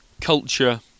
Culture